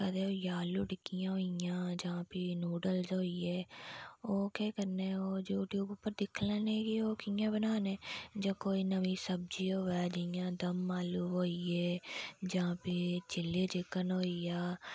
कुतै आलू टिक्की होई गेइयां जां फ्ही नयूडलस होई गे ओह् केह् करने ओह् यूट्यूब उप्पर दिक्खी लैन्ने कि ओह् कियां बनाने जां कोई नमीं सब्जी होऐ जियां दम आलू होई गे जां फ्ही चिक्न होई गेआ